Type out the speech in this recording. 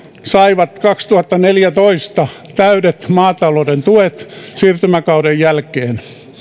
saivat kaksituhattaneljätoista täydet maatalouden tuet siirtymäkauden jälkeen